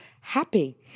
happy